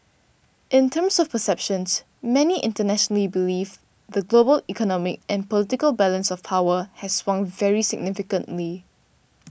in terms of perceptions many internationally believe the global economic and political balance of power has swung very significantly